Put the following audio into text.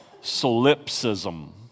solipsism